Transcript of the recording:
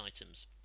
items